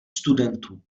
studentů